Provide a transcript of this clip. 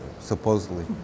supposedly